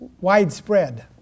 widespread